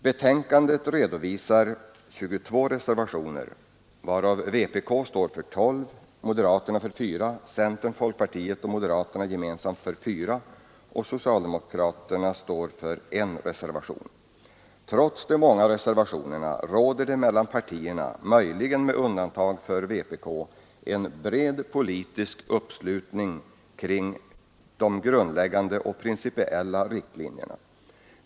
Betänkandet redovisar 22 reservationer, varav vpk står för 12, moderaterna för 5, centern, folkpartiet och moderaterna gemensamt för 4 och socialdemokraterna för en. Trots de många reservationerna råder det mellan partierna, möjligen med undantag för vpk, en bred politisk uppslutning kring de grundläggande och principiella riktlinjerna.